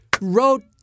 wrote